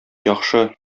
яхшы